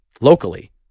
locally